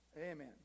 amen